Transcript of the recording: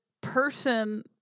person